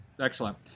Excellent